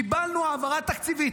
קיבלנו העברה תקציבית,